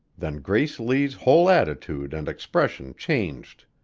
than grace lee's whole attitude and expression changed.